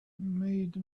made